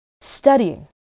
studying